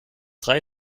drei